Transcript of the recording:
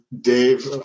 dave